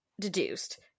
deduced